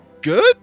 good